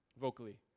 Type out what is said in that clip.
vocally